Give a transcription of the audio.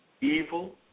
evil